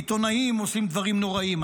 עיתונאים עושים דברים נוראים,